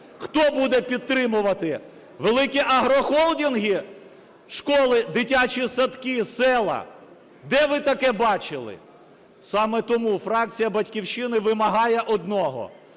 Хто буде підтримувати - великі агрохолдинги? - школи і дитячі садки, села? Де ви таке бачили? Саме тому фракція "Батьківщина" вимагає одного.